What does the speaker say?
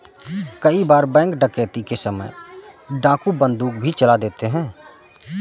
कई बार बैंक डकैती के समय डाकू बंदूक भी चला देते हैं